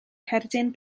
cerdyn